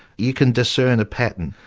you can discern a pattern.